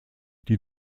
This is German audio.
die